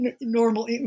normal